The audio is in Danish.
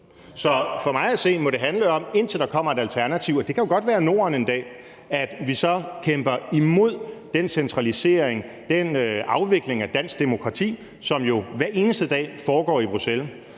Så for mig at se må det, indtil der kommer et alternativ – det kan jo godt være Norden en dag – handle om, at vi så kæmper imod den centralisering og den afvikling af dansk demokrati, som jo hver eneste dag foregår i Bruxelles.